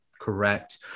Correct